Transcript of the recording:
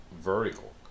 vertical